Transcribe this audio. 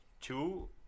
Two